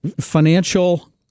financial